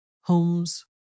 Holmes